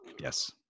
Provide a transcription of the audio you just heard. yes